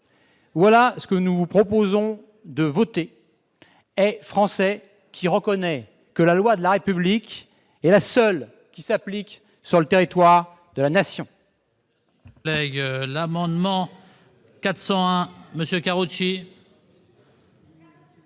Voilà ce que nous vous proposons de voter ! Est français qui reconnaît que la loi de la République est la seule qui s'applique sur le territoire de la Nation